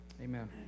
amen